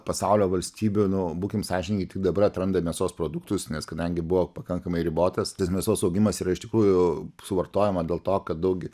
pasaulio valstybių nu būkime sąžiningi tik dabar atranda mėsos produktus nes kadangi buvo pakankamai ribotas nes mėsos augimas yra iš tikrųjų suvartojama dėl to kad daug